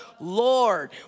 Lord